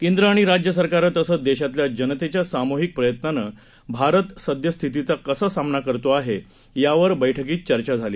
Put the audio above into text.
केंद्र आणि राज्य सरकारं तसंच दशातल्या जनतेच्या सामुहिक प्रयत्नानं भारत सद्यस्थितीचा कसा सामना करतो आहे यावर या बैठकीत चर्चा झाली